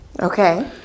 Okay